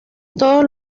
todos